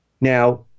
Now